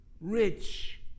rich